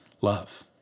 love